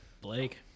blake